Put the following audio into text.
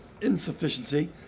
insufficiency